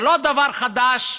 זה לא דבר חדש,